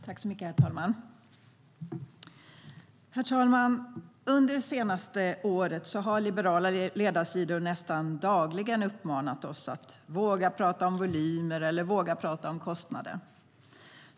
Herr talman! Under det senaste året har liberala ledarsidor nästan dagligen uppmanat oss att våga prata om volymer eller våga prata om kostnader.